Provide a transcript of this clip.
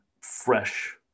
fresh